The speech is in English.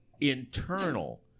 internal